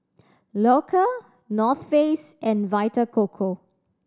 Loacker North Face and Vita Coco